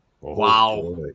Wow